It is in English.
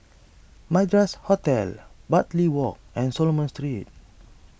Madras Hotel Bartley Walk and Solomon Street